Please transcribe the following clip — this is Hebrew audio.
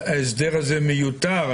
שההסדר הזה מיותר.